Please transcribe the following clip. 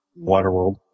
Waterworld